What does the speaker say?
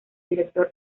director